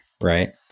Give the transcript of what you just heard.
right